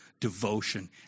devotion